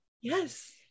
yes